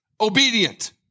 obedient